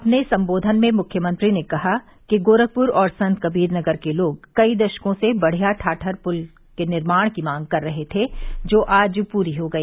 अपने संबोधन में मुख्यमंत्री ने कहा कि गोरखपुर और संतकबीरनगर के लोग कई दशकों से बढ़या ठाठर पुल के निर्माण की मांग कर रहे थे जो आज पूरी हो गई